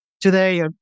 Today